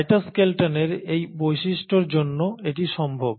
সাইটোস্কেলটনের এই বৈশিষ্ট্যর জন্য এটি সম্ভব